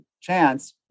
chance